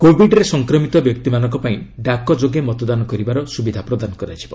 କୋବିଡରେ ସଂକ୍ରମିତ ବ୍ୟକ୍ତିମାନଙ୍କ ପାଇଁ ଡାକ ଯୋଗେ ମତଦାନ କରିବାର ସୁବିଧା ପ୍ରଦାନ କରାଯିବ